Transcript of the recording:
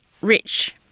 rich